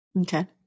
Okay